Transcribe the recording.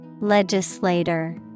Legislator